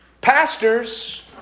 Pastors